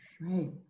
Right